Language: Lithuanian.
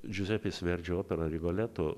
džiuzepės verdžio operą rigoleto